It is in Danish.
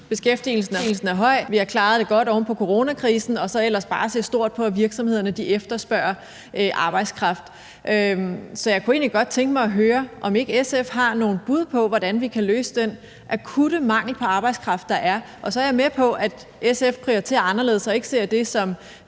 beskæftigelsen er høj, og at vi har klaret det godt oven på coronakrisen – og så ellers bare se stort på, at virksomhederne efterspørger arbejdskraft. Så jeg kunne egentlig godt tænke mig at høre, om ikke SF har nogle bud på, hvordan vi kan løse den akutte mangel på arbejdskraft, der er. Og så er jeg med på, at SF prioriterer anderledes og ikke ser det som